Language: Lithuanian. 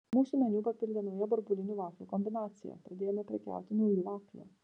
mūsų meniu papildė nauja burbulinių vaflių kombinacija pradėjome prekiauti nauju vafliu